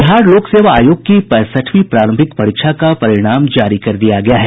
बिहार लोक सेवा आयोग की पैंसठवीं प्रारंभिक परीक्षा का परिणाम जारी कर दिया गया है